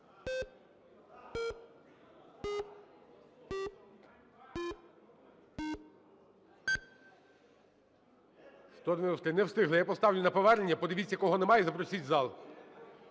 За-193 193. Не встигли. Я поставлю на повернення. Подивіться, кого немає, і запросить в зал.